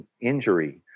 injury